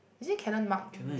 was it canon mark d